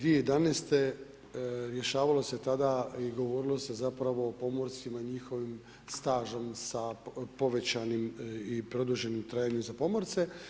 2011. rješavalo se tada i govorilo zapravo o pomorcima i njihovim stažom sa povećanim i produženim trajanjem za pomorce.